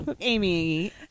Amy